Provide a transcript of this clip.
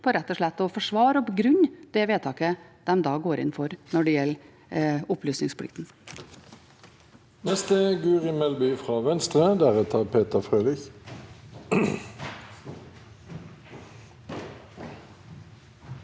å forsvare og begrunne det vedtaket de går inn for når det gjelder opplysningsplikten.